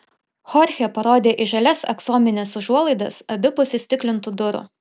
chorchė parodė į žalias aksomines užuolaidas abipus įstiklintų durų